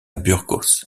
burgos